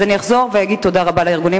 אז אני אחזור ואגיד תודה רבה לארגונים